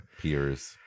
peers